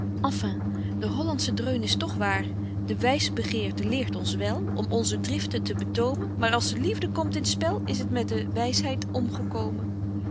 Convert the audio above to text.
enfin de hollandsche dreun is toch waar de wysbegeerte leert ons wel om onze driften te betomen maar als de liefde komt in t spel is t met de wysheid omgekomen